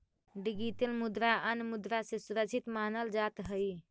digital मुद्रा अन्य मुद्रा से सुरक्षित मानल जात हई